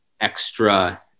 extra